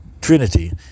trinity